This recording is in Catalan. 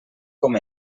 com